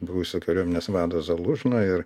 buvusio kariuomenės vado zalužno ir